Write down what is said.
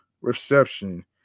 reception